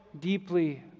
deeply